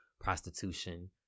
prostitution